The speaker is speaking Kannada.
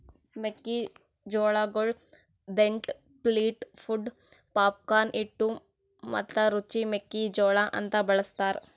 ಮೆಕ್ಕಿ ಜೋಳಗೊಳ್ ದೆಂಟ್, ಫ್ಲಿಂಟ್, ಪೊಡ್, ಪಾಪ್ಕಾರ್ನ್, ಹಿಟ್ಟು ಮತ್ತ ರುಚಿ ಮೆಕ್ಕಿ ಜೋಳ ಅಂತ್ ಬಳ್ಸತಾರ್